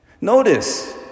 Notice